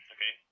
Okay